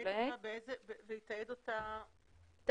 ויתעד אותה, אך?